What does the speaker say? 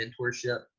mentorship